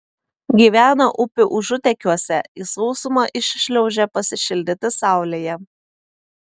gyvena upių užutekiuose į sausumą iššliaužia pasišildyti saulėje